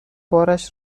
بارش